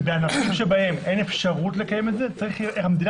בענפים שבהם אין אפשרות לקיים את זה המדינה